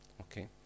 Okay